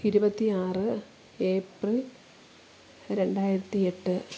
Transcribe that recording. ഇരുപത്തി ആറ് ഏപ്രിൽ രണ്ടായിരത്തി എട്ട്